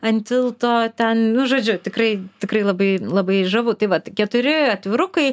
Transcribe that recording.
ant tilto ten nu žodžiu tikrai tikrai labai labai žavu tai vat keturi atvirukai